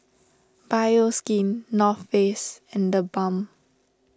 Bioskin North Face and the Balm